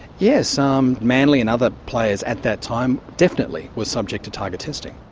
yes, um manly and other players at that time definitely were subject to target testing.